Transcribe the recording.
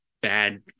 bad